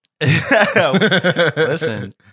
Listen